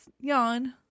yawn